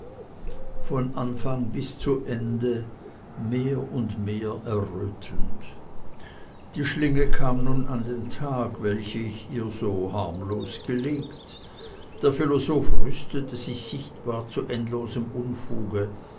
von anfang bis zu ende mehr und mehr errötend die schlinge kam nun an den tag welche ich ihr so harmlos gelegt der philosoph rüstete sich sichtbar zu endlosem unfuge